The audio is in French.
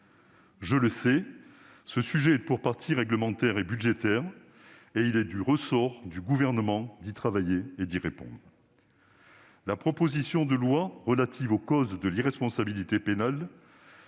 Je le sais, ce sujet est pour partie réglementaire et budgétaire, et il est du ressort du Gouvernement d'y travailler et d'y répondre. La proposition de loi relative aux causes de l'irresponsabilité pénale